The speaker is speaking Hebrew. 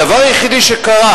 הדבר היחיד שקרה,